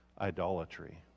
Idolatry